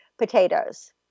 potatoes